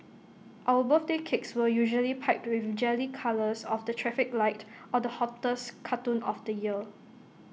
our birthday cakes were usually piped with jelly colours of the traffic light or the hottest cartoon of the year